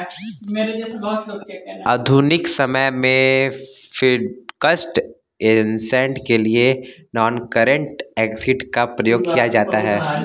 आधुनिक समय में फिक्स्ड ऐसेट के लिए नॉनकरेंट एसिड का प्रयोग किया जाता है